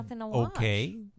okay